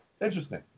interesting